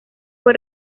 fue